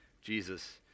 Jesus